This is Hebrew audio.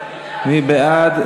מי בעד?